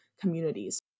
communities